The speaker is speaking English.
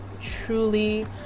truly